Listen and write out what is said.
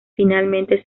finalmente